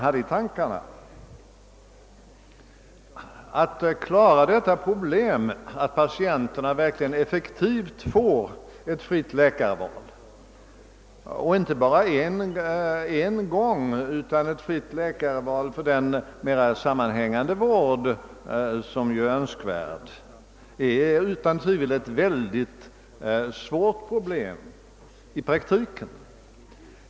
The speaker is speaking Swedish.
Att inom den öppna sjukhusvården klara problemet att verkligen bereda patienterna tillfälle till ett fritt läkarval — inte bara första gången de söker läkare för en viss sjukdom, utan även vid en mer sammanhängande läkarvård — är i praktiken utan tvivel svårt.